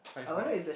five more minutes